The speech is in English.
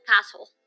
castle